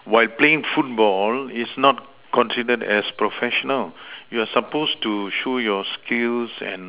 while playing football is not considered as professional you are supposed to show your skills and